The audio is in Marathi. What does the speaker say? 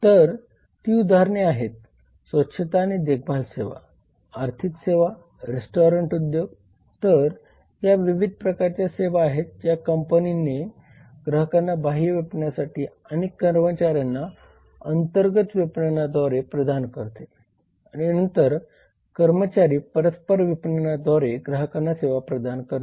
तर ती उदाहरणे आहेत स्वच्छता आणि देखभाल सेवा आर्थिक सेवा रेस्टॉरंट उद्योग तर या विविध प्रकारच्या सेवा आहेत ज्या कंपनी ग्राहकांना बाह्य विपणनासाठी आणि कर्मचाऱ्यांना अंतर्गत विपणनाद्वारे प्रदान करते आणि नंतर कर्मचारी परस्पर विपणनाद्वारे ग्राहकांना सेवा प्रदान करतात